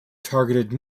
targeted